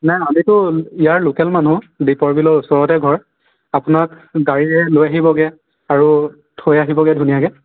নাই আমিতো ইয়াৰ লোকেল মানুহ দীপৰ বিলৰ ওচৰতে ঘৰ আপোনাক গাড়ীৰে লৈ আহিবগৈ আৰু থৈ আহিবগৈ ধুনীয়াকৈ